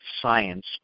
science